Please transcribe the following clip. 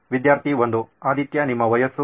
ವಿದ್ಯಾರ್ಥಿ 1 ಆದಿತ್ಯ ನಿಮ್ಮ ವಯಸ್ಸು